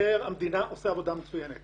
ומבקר המדינה עושה עבודה מצוינת.